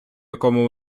якому